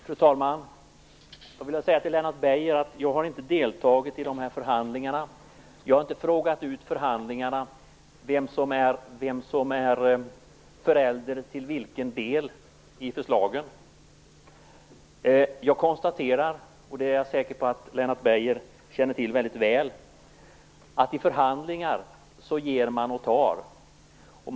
Fru talman! Jag skulle vilja säga till Lennart Beijer att jag inte har deltagit i de här förhandlingarna. Jag har inte frågat ut förhandlarna om vem som är förälder till vilken del i förslagen. Jag konstaterar, och det är jag säker på att Lennart Beijer känner till mycket väl, att i förhandlingar ger man och tar.